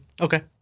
Okay